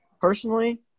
personally